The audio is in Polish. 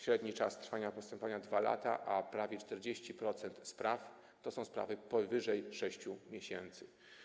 Średni czas trwania postępowania to 2 lata, a prawie 40% spraw to są sprawy trwające powyżej 6 miesięcy.